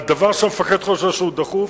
על דבר שהמפקד חושב שהוא דחוף,